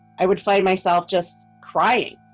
i would find myself just crying.